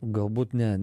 galbūt ne